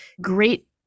great